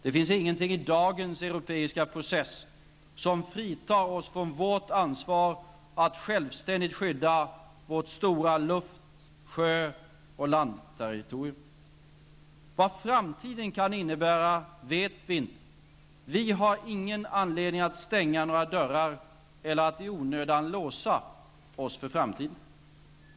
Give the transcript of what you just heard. Det finns ingenting i dagens europeiska process som fritar oss från vårt ansvar att självständigt skydda vårt stora luft-, sjö och landterritorium. Vad framtiden kan innebära vet vi inte. Vi har ingen anledning att stänga några dörrar eller att i onödan låsa oss för framtiden.